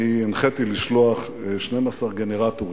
הנחיתי לשלוח 12 גנרטורים,